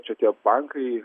čia tie bankai